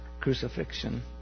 crucifixion